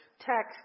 tax